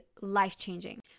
life-changing